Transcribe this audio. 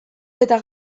eta